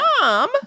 Mom